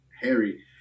Harry